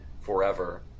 forever